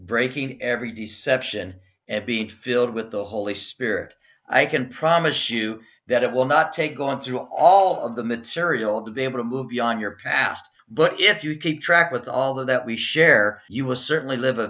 breaking every d section and being filled with the holy spirit i can promise you that it will not take going through all of the material to be able to move beyond your past but if you keep track with all that we share you will certainly live